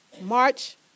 March